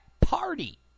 Party